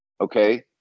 okay